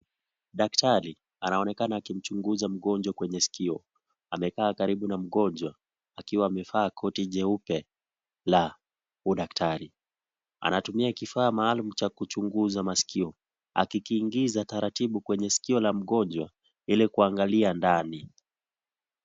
Daktari anaonekana akimchunguza mgonjwa kwenye skio, amekaa karibu na mgonjwa akiwa amevaa koti jeupe la udaktari, anatumia kifaa maalum cha kuchunguza maskio akikiingiza taratibu kwenye skio la mgonjwa, ili kuangalia ndani.